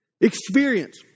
experience